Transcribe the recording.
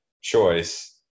choice